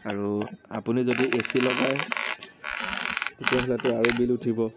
আৰু আপুনি যদি এচি লগায় তেতিয়াহ'লেটো আৰু বিল উঠিব